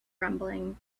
rumbling